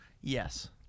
Yes